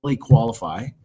qualify